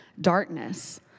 darkness